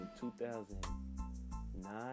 2009